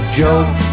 joke